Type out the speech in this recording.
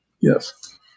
Yes